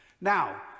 Now